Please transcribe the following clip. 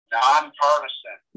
nonpartisan